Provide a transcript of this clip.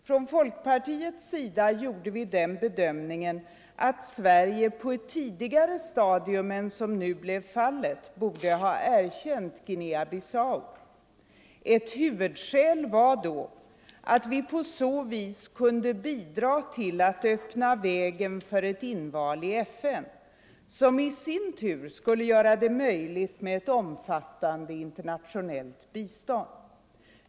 Från folkpartiets sida gjorde vi den bedömningen att Sverige på ett betydligt tidigare stadium än som nu blev fallet borde ha erkänt Guinea Bissau. Ett huvudskäl var att vi på så vis kunde bidra till att öppna vägen för ett inval i FN som i sin tur skulle göra det möjligt med ett omfattande internationellt bistånd.